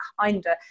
kinder